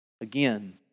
Again